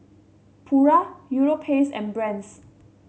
Pura Europace and Brand's